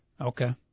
Okay